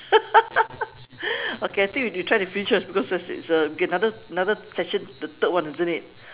okay I think you you try to finish first because it's a it's a okay another another session the third one isn't it